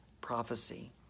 prophecy